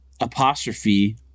apostrophe